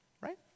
Right